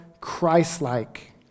Christ-like